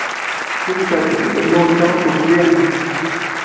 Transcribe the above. ٹھیٖک حظ چھُ نوٹ سیوَن پرو رَیل می